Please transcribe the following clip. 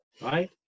right